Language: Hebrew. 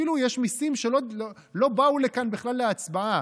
יש אפילו מיסים שלא באו לכאן בכלל להצבעה.